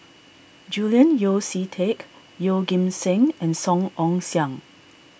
Julian Yeo See Teck Yeoh Ghim Seng and Song Ong Siang